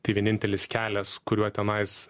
tai vienintelis kelias kuriuo tenais